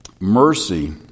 Mercy